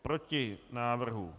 Proti návrhu.